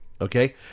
okay